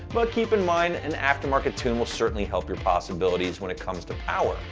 but keep in mind an aftermarket tune will certainly help your possibilities when it comes to power.